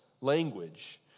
language